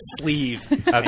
sleeve